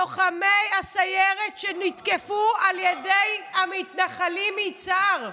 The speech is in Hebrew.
לוחמי הסיירת שהותקפו על ידי המתנחלים מיצהר.